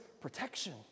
protection